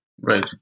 Right